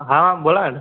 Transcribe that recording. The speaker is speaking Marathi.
हां बोला ना